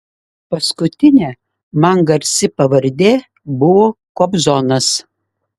paskutinė man garsi pavardė buvo kobzonas